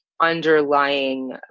underlying